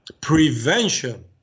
prevention